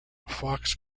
fox